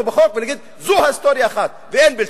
בחוק ולהגיד: זו היסטוריה אחת ואין בלתה,